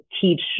teach